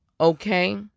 okay